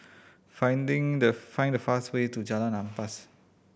finding the find the fastest way to Jalan Ampas